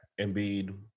Embiid